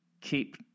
keep